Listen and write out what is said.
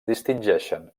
distingeixen